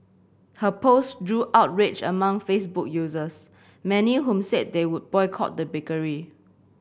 her post drew outrage among Facebook users many whom said they would boycott the bakery